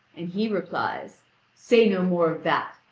and he replies say no more of that!